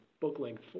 book-length